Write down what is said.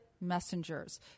messengers